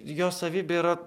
jo savybė yra